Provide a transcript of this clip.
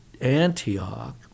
Antioch